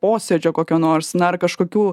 posėdžio kokio nors na ar kažkokių